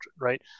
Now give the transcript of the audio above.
right